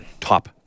top